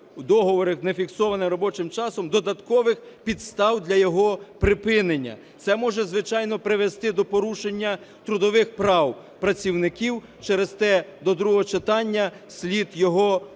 договорах нефіксованим робочим часом, додаткових підстав для його припинення. Це може, звичайно, привести до порушення трудових прав працівників. Через те до другого читання слід його буде